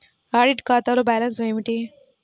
Audit ఖాతాలో balance ఏమిటీ?